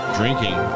drinking